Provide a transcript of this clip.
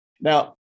Now